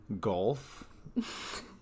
Golf